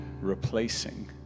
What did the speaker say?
replacing